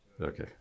Okay